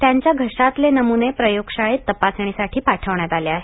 त्यांच्या घशातले नमुने प्रयोगशाळेत तपासणीसाठी पाठवण्यात आले आहेत